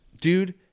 dude